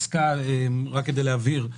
רק כדי להבהיר,